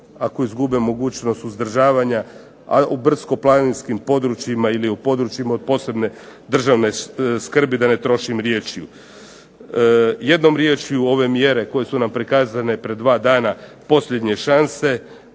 ako izgube mogućnost uzdržavanja, a u brdsko-planinskim područjima ili u područjima od posebne državne skrbi da ne trošim riječi. Jednom riječju ove mjere koje su nam prikazane pred dva dana posljednje šanse,